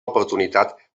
oportunitat